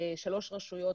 שלוש רשויות,